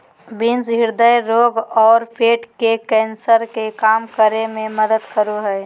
beans हृदय रोग आरो पेट के कैंसर के कम करे में मदद करो हइ